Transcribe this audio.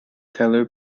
teller